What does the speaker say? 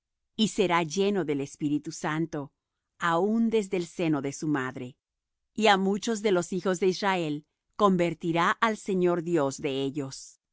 y será lleno del espíritu santo aun desde el seno de su madre y á muchos de los hijos de israel convertirá al señor dios de ellos